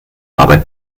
arbeit